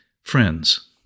friends